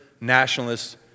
nationalists